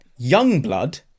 Youngblood